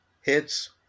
hits